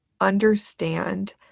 understand